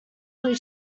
blue